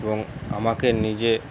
এবং আমাকে নিজে